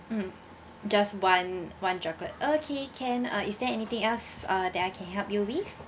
mm just one one chocolate okay can uh is there anything else uh that I can help you with